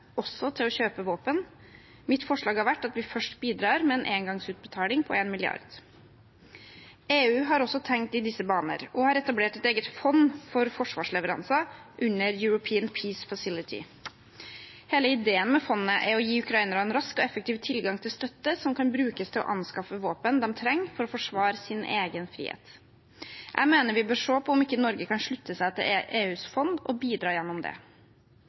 også til å kjøpe våpen. Mitt forslag har vært at vi først bidrar med en engangsutbetaling på 1 mrd. kr. EU har også tenkt i disse baner og har etablert et eget fond for forsvarsleveranser under European Peace Facility. Hele ideen med fondet er å gi ukrainerne rask og effektiv tilgang til støtte som kan brukes til å anskaffe våpen de trenger for å forsvare sin egen frihet. Jeg mener vi bør se på om ikke Norge kan slutte seg til EUs fond og bidra gjennom det.